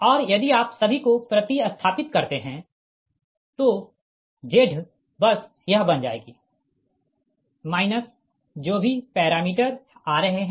और यदि आप सभी को प्रति स्थापित करते है तो Z बस यह बन जाएगी माइनस जो भी पैरामीटर आ रहे है